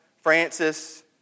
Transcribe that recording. Francis